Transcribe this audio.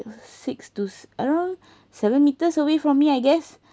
six to around seven metres away from me I guess